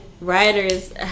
writers